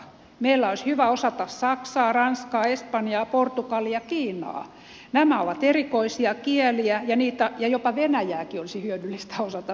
meillä olisi hyvä osata saksaa ranskaa espanjaa portugalia kiinaa ja jopa venäjääkin olisi hyödyllistä osata suomessa